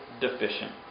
deficient